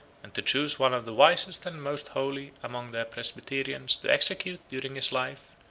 and to choose one of the wisest and most holy among their presbyterians to execute, during his life,